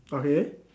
okay